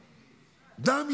דם,